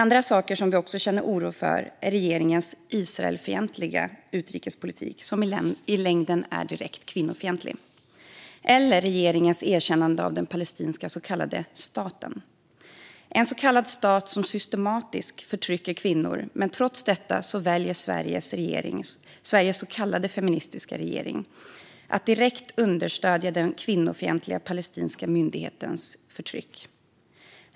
Andra saker som vi känner oro för är regeringens Israelfientliga utrikespolitik, som i längden är direkt kvinnofientlig, och regeringens erkännande av den palestinska så kallade staten. Det är en så kallad stat som systematiskt förtrycker kvinnor, men trots detta väljer Sveriges så kallade feministiska regering att direkt understödja den kvinnofientliga palestinska myndighetens förtryck.